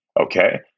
Okay